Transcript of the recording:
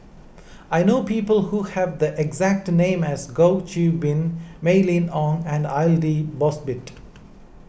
I know people who have the exact name as Goh Qiu Bin Mylene Ong and Aidli Mosbit